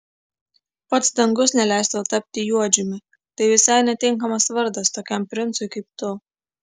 pats dangus neleis tau tapti juodžiumi tai visai netinkamas vardas tokiam princui kaip tu